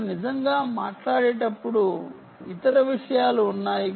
మీరు నిజంగా మాట్లాడేటప్పుడు ఇతర విషయాలు ఉన్నాయి